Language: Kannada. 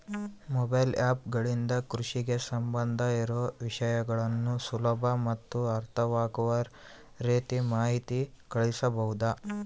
ಮೊಬೈಲ್ ಆ್ಯಪ್ ಗಳಿಂದ ಕೃಷಿಗೆ ಸಂಬಂಧ ಇರೊ ವಿಷಯಗಳನ್ನು ಸುಲಭ ಮತ್ತು ಅರ್ಥವಾಗುವ ರೇತಿ ಮಾಹಿತಿ ಕಳಿಸಬಹುದಾ?